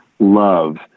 love